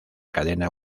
cadena